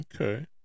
okay